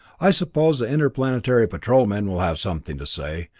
i suppose the interplanetary patrol men will have something to say,